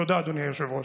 תודה, אדוני היושב-ראש.